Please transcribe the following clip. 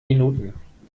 minuten